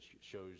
shows